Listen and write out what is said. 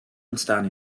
ontstaan